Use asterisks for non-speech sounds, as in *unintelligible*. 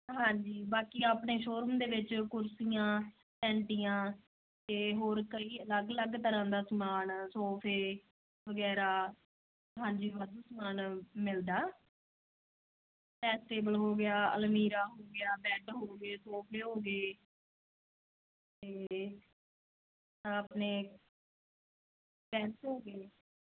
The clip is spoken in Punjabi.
ਹਾਂਜੀ ਬਾਕੀ ਆਪਣੇ ਸ਼ੋਰੂਮ ਦੇ ਵਿੱਚ ਕੁਰਸੀਆਂ ਸੈਟੀਆਂ ਅਤੇ ਹੋਰ ਕਈ ਅਲੱਗ ਅਲੱਗ ਤਰ੍ਹਾਂ ਦਾ ਸਮਾਨ ਸੋਫ਼ੇ ਵਗੈਰਾ ਹਾਂਜੀ ਮਤਲਬ ਸਮਾਨ ਮਿਲਦਾ ਪ੍ਰੈਸ ਟੇਬਲ ਹੋ ਗਿਆ ਹੋ ਅਲਮੀਰਾ ਹੋ ਗਿਆ ਬੈੱਡ ਹੋ ਗਏ ਸੋਫ਼ੇ ਹੋ ਗਏ ਅਤੇ ਆਪਣੇ *unintelligible* ਹੋ ਗਏ